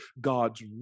God's